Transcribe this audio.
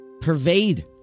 pervade